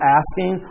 asking